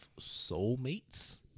soulmates